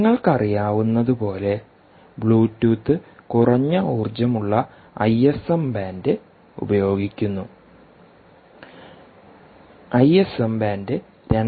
നിങ്ങൾക്കറിയാവുന്നതുപോലെ ബ്ലൂടൂത്ത് കുറഞ്ഞ ഊർജ്ജം ഉളള ഐഎസ്എം ബാൻഡ് ഉപയോഗിക്കുന്നു ഐഎസ്എം ബാൻഡ് 2